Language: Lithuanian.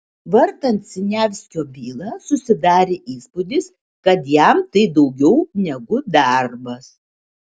vartant siniavskio bylą susidarė įspūdis kad jam tai daugiau negu darbas